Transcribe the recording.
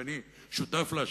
שאני שותף לה,